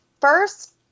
first